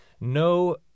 no